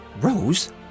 Rose